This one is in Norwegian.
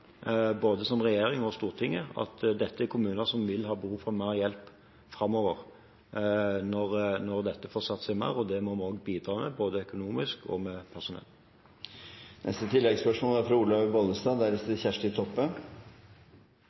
som storting – at dette er kommuner som vil ha behov for mer hjelp framover, når dette får satt seg mer. Der må vi også bidra, både økonomisk og med personell.